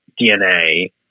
DNA